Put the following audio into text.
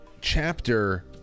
chapter